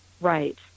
Right